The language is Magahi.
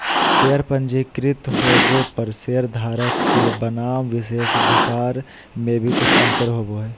शेयर पंजीकृत होबो पर शेयरधारक के बनाम विशेषाधिकार में भी कुछ अंतर होबो हइ